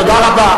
תודה רבה.